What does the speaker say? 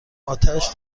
اتش